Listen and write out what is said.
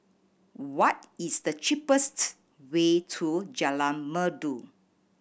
what is the cheapest way to Jalan Merdu